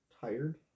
tired